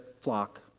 flock